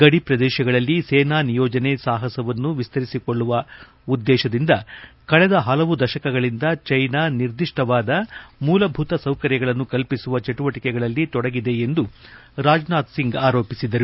ಗಡಿಪ್ರದೇಶಗಳಲ್ಲಿ ಸೇನಾ ನಿಯೋಜನೆ ಸಾಪಸವನ್ನು ವಿಸ್ತರಿಸಿವಕೊಳ್ಳುವ ಉದ್ದೇಶದಿಂದ ಕಳೆದ ಪಲವು ದಶಕಗಳಿಂದ ಚೀನಾ ನಿರ್ದಿಷ್ಟವಾದ ಮೂಲಭೂತ ಸೌಕರ್ಯಗಳನ್ನು ಕಲ್ಪಸುವ ಚಟುವಟಿಕೆಗಳಲ್ಲಿ ತೊಡಗಿದೆ ಎಂದು ರಾಜನಾಥ್ ಸಿಂಗ್ ಆರೋಪಿಸಿದರು